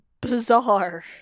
bizarre